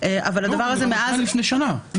-- אבל ברמת גן לפני שנה.